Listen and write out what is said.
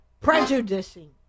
prejudicing